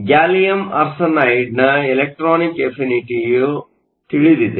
gallium ಆರ್ಸೆನೈಡ್ನ electron ಅಫಿನಿಟಿಯು ತಿಳಿದಿದೆ